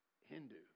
Hindu